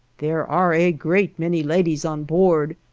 there are a great many ladies on board,